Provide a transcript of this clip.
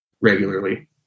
regularly